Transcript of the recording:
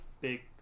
big